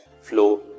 flow